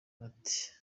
ati